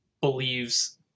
believes